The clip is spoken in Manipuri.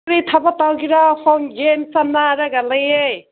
ꯀꯔꯤ ꯊꯕꯛ ꯇꯧꯒꯦꯔꯣ ꯐꯣꯟ ꯒꯦꯝ ꯁꯥꯟꯅꯔꯒ ꯂꯩꯌꯦ